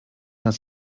nad